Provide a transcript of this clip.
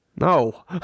No